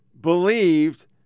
believed